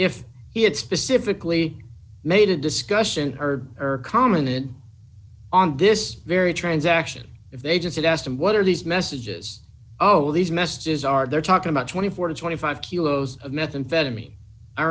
he had specifically made a discussion or are common it on this very transaction if they just asked him what are these messages oh these messages are they're talking about twenty four to twenty five kilos of methamphetamine i